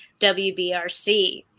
WBRC